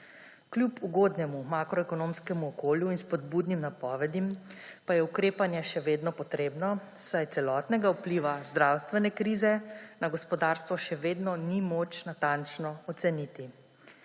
Kljub ugodnemu makroekonomskem okolju in spodbudnim napovednim pa je ukrepanje še vedno potrebno, saj celotnega vpliva zdravstvene krize na gospodarstvo še vedno ni moč natančno oceniti.